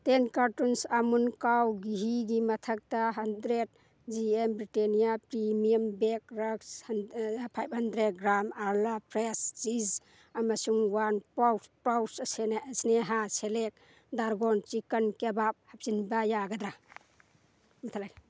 ten cartons Amul cow ꯘꯤꯒꯤ ꯃꯊꯛꯇ hundred G M Britannia premium bake rusks five hundred gram Arla fresh cheese ꯑꯃꯁꯨꯡ one pouch pouch ꯏꯁꯅꯦꯍꯥ ꯁꯦꯂꯦꯛ dragon chicken kebab ꯍꯥꯞꯆꯤꯟꯕ ꯌꯥꯒꯗ꯭ꯔꯥ ꯃꯨꯊꯠꯂꯦ